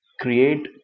create